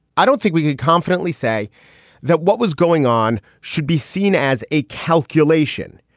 i don't think we could confidently say that what was going on should be seen as a calculation,